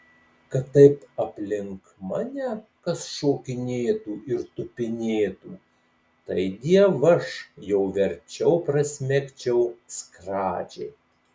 kad taip aplink mane kas šokinėtų ir tupinėtų tai dievaž jau verčiau prasmegčiau skradžiai